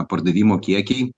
pardavimo kiekiai